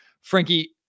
Frankie